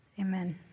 Amen